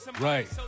Right